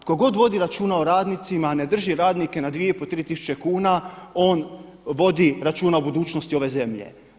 Tko god vodi računa o radnicima a ne drži radnike na 2,5, 3 tisuće kuna on vodi računa o budućnosti ove zemlje.